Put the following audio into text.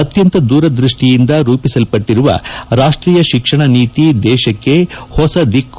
ಅತ್ಯಂತ ದೂರದೃಷ್ಲಿಯಿಂದ ರೂಪಿಸಲ್ಪಟ್ಟರುವ ರಾಷ್ಷೀಯ ಶಿಕ್ಷಣ ನೀತಿ ದೇಶಕ್ಷೆ ಹೊಸದಿಕ್ಕು